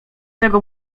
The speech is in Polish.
tego